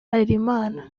harerimana